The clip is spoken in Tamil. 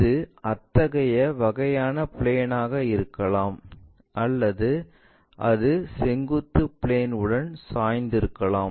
இது அத்தகைய வகையான பிளேன்னாக இருக்கலாம் அல்லது அது செங்குத்து பிளேன் உடன் சாய்ந்திருக்கலாம்